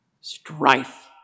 strife